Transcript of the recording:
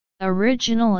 Original